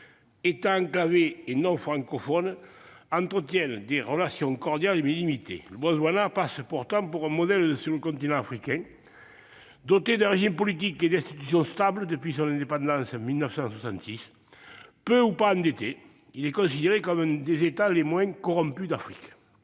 État enclavé et non francophone, entretiennent des relations cordiales, mais limitées. Le Botswana passe pourtant pour un modèle sur le continent africain : doté d'un régime politique et d'institutions stables depuis son indépendance en 1966, peu ou pas endetté, il est considéré comme un des États les moins corrompus d'Afrique.